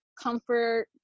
comfort